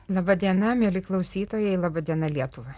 laba diena mieli klausytojai laba diena lietuva